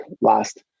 last